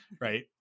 Right